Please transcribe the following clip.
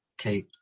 Okay